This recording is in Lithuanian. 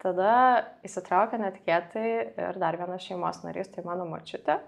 tada įsitraukė netikėtai ir dar vienas šeimos narys tai mano močiutė